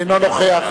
אינו נוכח